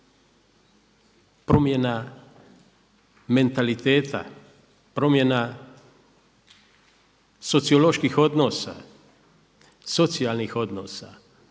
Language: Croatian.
promjena mentaliteta, promjena socioloških odnosa, socijalnih odnosa,